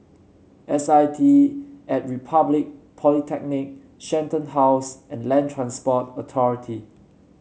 S I T at Republic Polytechnic Shenton House and Land Transport Authority